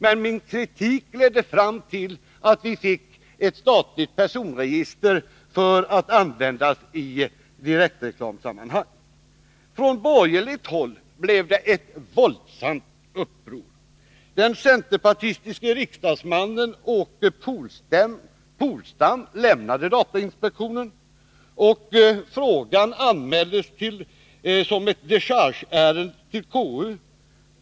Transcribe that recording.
Min kritik ledde fram till att vi fick ett statligt personregister att använda i direktreklamsammanhang. Från borgerligt håll blev det ett våldsamt uppror. Den centerpartistiske riksdagsmannen Åke Polstam lämnade datainspektionen, och frågan anmäldes som ett dechargeärende till KU.